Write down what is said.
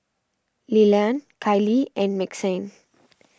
Lilian Kylee and Maxine